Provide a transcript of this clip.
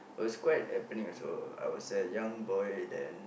was quite happening also I was a young boy then